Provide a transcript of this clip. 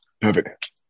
perfect